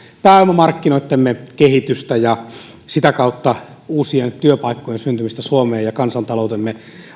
pääomamarkkinoittemme kehitystä ja sitä kautta uusien työpaikkojen syntymistä suomeen ja kansantaloutemme